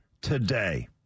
today